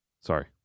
Sorry